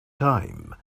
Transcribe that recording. time